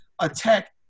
attack